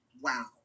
wow